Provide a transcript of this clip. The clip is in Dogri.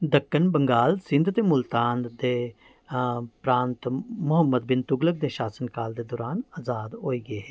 दक्कन बंगाल सिंध ते मुल्तान दे प्रांत मुहम्मद बिन तुगलक दे शासनकाल दे दरान अजाद होई गे हे